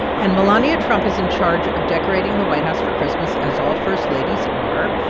and melania trump is in charge of decorating the white house for christmas, as all first ladies are.